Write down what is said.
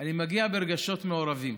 אני מגיע ברגשות מעורבים.